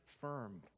firm